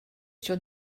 sur